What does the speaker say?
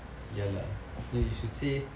ya lah then you should say